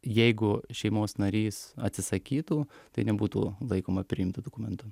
jeigu šeimos narys atsisakytų tai nebūtų laikoma priimtu dokumentu